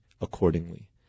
accordingly